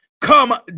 come